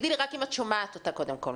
תגידי לי רק אם את שומעת אותה, קודם כל.